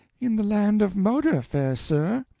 in the land of moder, fair sir.